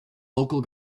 local